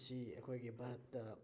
ꯉꯁꯤ ꯑꯩꯈꯣꯏꯒꯤ ꯚꯥꯔꯠꯇ